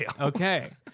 Okay